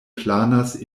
planas